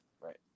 right